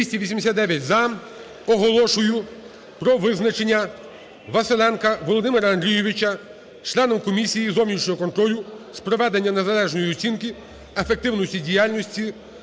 За-289 Оголошую про визначення Василенка Володимира Андрійовича членом комісії зовнішнього контролю з проведення незалежної оцінки ефективності діяльності